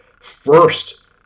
first